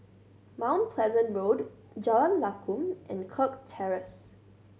Mount Pleasant Road Jalan Lakum and Kirk Terrace